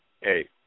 hey